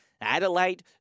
Adelaide